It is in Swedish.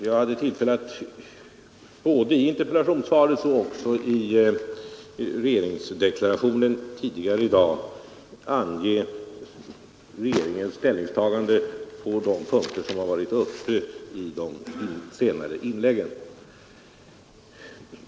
Jag har både i interpellationssvaret och i regeringsdeklarationen tidigare i dag angivit regeringens ställningstagande på de punkter som togs upp i de senare inläggen.